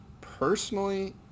Personally